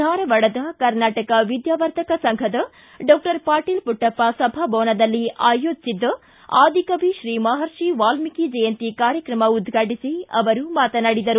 ಧಾರವಾಡದ ಕರ್ನಾಟಕ ವಿದ್ಯಾವರ್ಧಕ ಸಂಘದ ಡಾಕ್ಟರ್ ಪಾಟೀಲ ಪುಟ್ಟಪ್ಪ ಸಭಾಭವನದಲ್ಲಿ ನಿನ್ನೆ ಆಯೋಜಿಸಿದ್ದ ಆದಿಕವಿ ಶ್ರೀ ಮಹರ್ಷಿ ವಾಲ್ನೀಕಿ ಜಯಂತಿ ಕಾರ್ಯಕ್ರಮ ಉದ್ವಾಟಿಸಿ ಅವರು ಮಾತನಾಡಿದರು